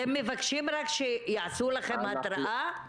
אתם רק מבקשים שיעשו לכם התראה?